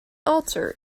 alter